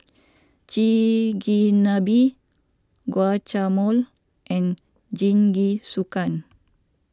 Chigenabe Guacamole and Jingisukan